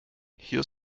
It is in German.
hier